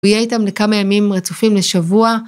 ויהיה איתם לכמה ימים רצופים לשבוע